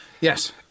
Yes